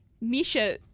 Misha